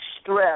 stress